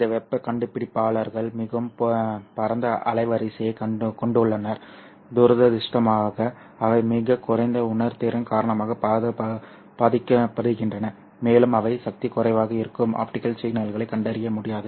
இந்த வெப்ப கண்டுபிடிப்பாளர்கள் மிகவும் பரந்த அலைவரிசையைக் கொண்டுள்ளனர் துரதிர்ஷ்டவசமாக அவை மிகக் குறைந்த உணர்திறன் காரணமாக பாதிக்கப்படுகின்றன மேலும் அவை சக்தி குறைவாக இருக்கும் ஆப்டிகல் சிக்னல்களைக் கண்டறிய முடியாது